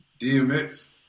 DMX